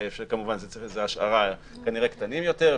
כמובן שזאת השערה כנראה קטנים יותר,